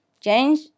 Change